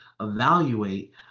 evaluate